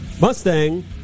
Mustang